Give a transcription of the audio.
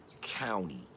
county